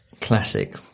Classic